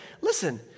listen